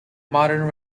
modern